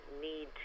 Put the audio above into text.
need